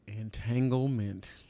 Entanglement